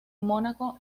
mónaco